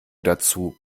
dazu